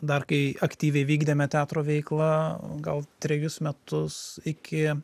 dar kai aktyviai vykdėme teatro veiklą gal trejus metus iki